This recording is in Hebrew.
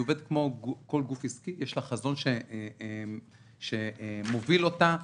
היא עובדת כמו כל גוף עסקי ויש לה חזון שמוביל אותה,